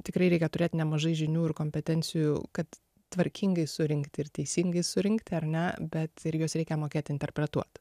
tikrai reikia turėt nemažai žinių ir kompetencijų kad tvarkingai surinkti ir teisingai surinkti ar ne bet ir juos reikia mokėt interpretuot